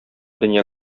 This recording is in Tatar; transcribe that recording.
дөнья